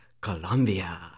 Colombia